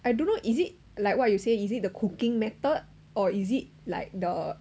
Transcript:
I don't know is it like what you say is it the cooking method or is it like the